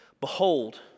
Behold